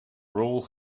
rule